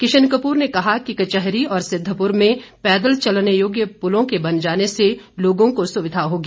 किशन कपूर ने कहा कि कचहरी और सिद्धपुर में पैदल चलने योग्य पुलों के बन जाने से लोगों को हो रही सुविधा मिलेगी